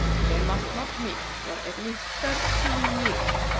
they must not meet for at least thirteen years.